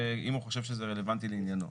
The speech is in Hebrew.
אם הוא חושב שזה רלוונטי לעניינו.